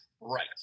Right